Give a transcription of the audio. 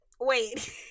Wait